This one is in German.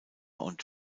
und